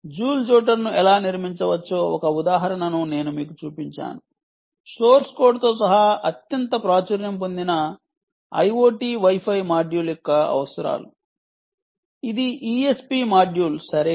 joule జోటర్ను ఎలా నిర్మించవచ్చో ఒక ఉదాహరణను నేను మీకు చూపించాను సోర్స్ కోడ్తో సహా అత్యంత ప్రాచుర్యం పొందిన IoT Wi Fi మాడ్యూల్ యొక్క అవసరాలు ఇది ESP మాడ్యూల్ సరైనది